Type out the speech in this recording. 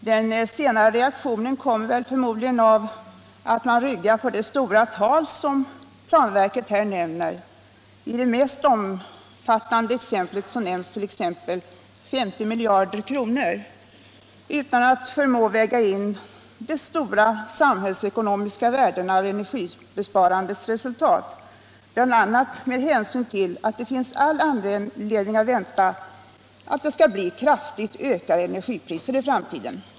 Den senare reaktionen kommer förmodligen av att man ryggar för de stora tal som planverket här nämner — i det mest omfattande exemplet nämns 50 miljarder kronor — utan att förmå väga in de stora samhällsekonomiska värdena av energisparandets resultat, bl.a. med hänsyn till att det finns all anledning att vänta sig kraftigt ökade energipriser i framtiden.